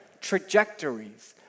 trajectories